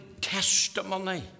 testimony